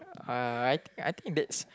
uh I think I think that's